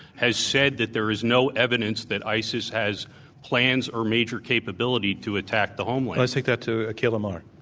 has said that there is no evidence that isis has plans or major capability to a ttack the homeland. i'll take that to akhil amar.